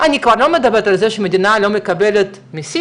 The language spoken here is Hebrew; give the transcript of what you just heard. אני כבר לא מדברת על זה שהמדינה לא מקבלת מסים,